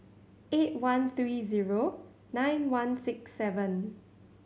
eight one three zero nine one six seven